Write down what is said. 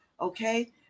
okay